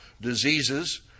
diseases